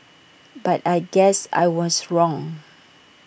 but I guess I was wrong